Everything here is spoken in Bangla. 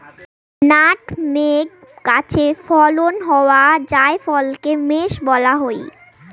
নাটমেগ গাছে ফলন হওয়া জায়ফলকে মেস বলা হই